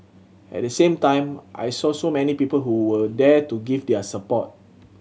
at the same time I saw so many people who were there to give their support